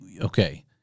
okay